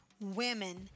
women